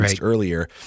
earlier